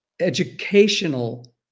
educational